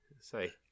Say